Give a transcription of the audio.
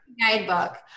guidebook